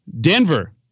Denver